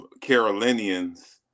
Carolinians